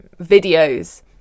videos